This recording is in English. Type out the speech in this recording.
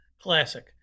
classic